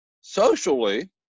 socially